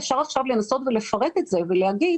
אפשר עכשיו לנסות ולפרט את זה ולהגיד